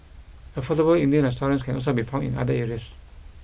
affordable Indian restaurants can also be found in other areas